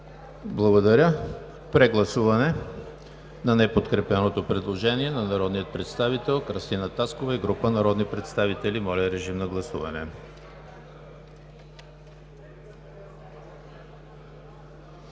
Благодаря. Прегласуване на неподкрепеното предложение на народния представител Кръстина Таскова и група народни представители. Гласували